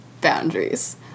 boundaries